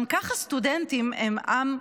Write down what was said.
גם כך סטודנטים הם עם,